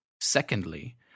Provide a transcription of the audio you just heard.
Secondly